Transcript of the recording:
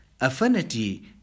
affinity